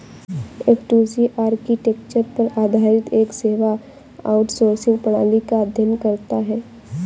F two C architecture पर आधारित एक सेवा आउटसोर्सिंग प्रणाली का अध्ययन करता है